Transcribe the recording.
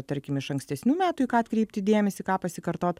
tarkim iš ankstesnių metų į ką atkreipti dėmesį ką pasikartot